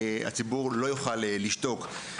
אז הוא לא יוכל לשתוק על כך.